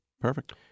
Perfect